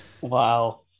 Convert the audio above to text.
Wow